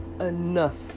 enough